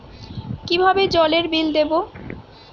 কিভাবে জলের বিল দেবো?